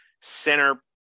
center